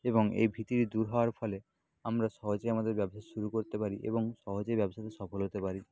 এবং এই ভীতি দূর হওয়ার ফলে আমরা সহজেই আমাদের ব্যবসা শুরু করতে পারি এবং সহজেই ব্যবসাতে সফল হতে পারি